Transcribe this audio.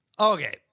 Okay